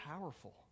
powerful